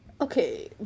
Okay